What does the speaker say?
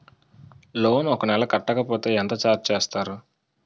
Loan ఒక నెల కట్టకపోతే ఎంత ఛార్జ్ చేస్తారు?